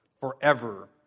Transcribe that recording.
forever